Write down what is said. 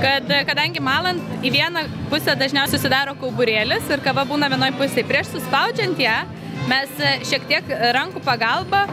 kad kadangi malant į vieną pusę dažniau susidaro kauburėlis ir kava būna vienoj pusėj prieš suspaudžiant ją mes šiek tiek rankų pagalba